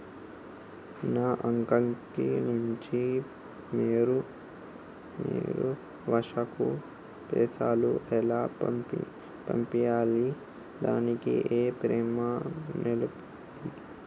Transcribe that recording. నా అకౌంట్ నుంచి వేరే వాళ్ళకు పైసలు ఎలా పంపియ్యాలి దానికి ఏ ఫామ్ నింపాలి?